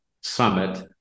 summit